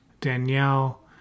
Danielle